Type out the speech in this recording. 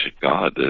God